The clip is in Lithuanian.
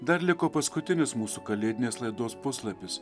dar liko paskutinis mūsų kalėdinės laidos puslapis